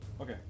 Okay